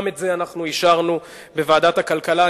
גם את זה אישרנו בוועדת הכלכלה.